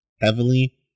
heavily